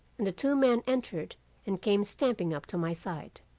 and the two men entered and came stamping up to my side.